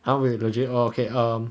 !huh! wait legit orh um